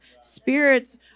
Spirits